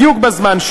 בדיוק בזמן.